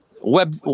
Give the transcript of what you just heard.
Web